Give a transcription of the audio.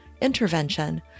intervention